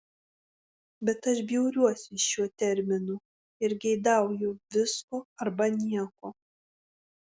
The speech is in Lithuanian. bet aš bjauriuosi šiuo terminu ir geidauju visko arba nieko